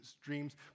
dreams